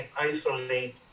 isolate